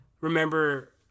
remember